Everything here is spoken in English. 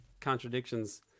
contradictions